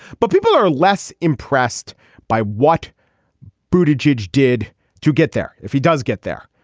but people are less impressed by what bruited jej did to get there. if he does get there,